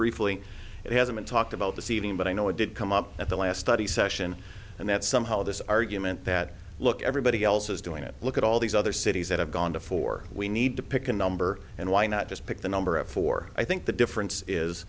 briefly it hasn't talked about the ceiling but i know it did come up at the last study session and that somehow this argument that look everybody else is doing it look at all these other cities that have gone before we need to pick a number and why not just pick the number up for i think the difference is